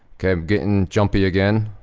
kay, gettin' jumpy again.